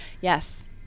Yes